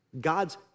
God's